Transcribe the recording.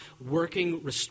working